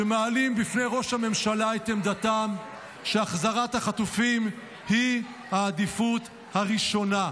שמעלים בפני ראש הממשלה את עמדתם שהחזרת החטופים היא העדיפות הראשונה.